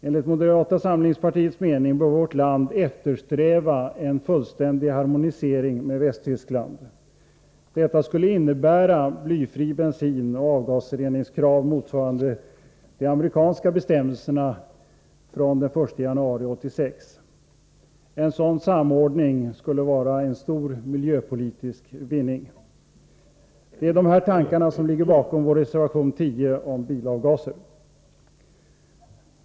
Enligt moderata samlingspartiets mening bör vårt land eftersträva en fullständig harmonisering med Västtyskland. Detta skulle innebära blyfri bensin och avgasreningskrav motsvarande de amerikanska bestämmelserna från den 1 januari 1986. En sådan samordning skulle vara en stor miljöpolitisk vinning. Det är dessa tankar som ligger bakom vår reservation 10 om bilavgaser.